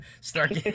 start